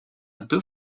deux